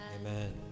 Amen